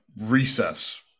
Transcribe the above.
recess